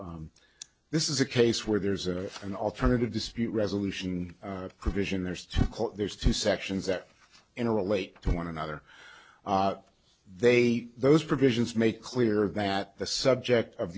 this is a case where there's a an alternative dispute resolution provision there's there's two sections that in a relate to one another they those provisions make clear that the subject of